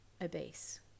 obese